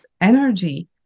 energy